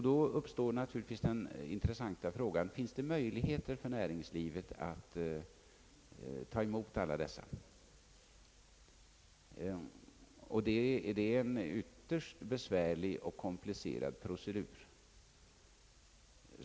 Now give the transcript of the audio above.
Då uppstår naturligtvis den intressanta frågan: Finns det möjligheter för näringslivet att ta emot alla dessa? Det blir en ytterst besvärlig och komplicerad procedur.